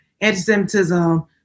Anti-Semitism